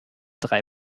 drei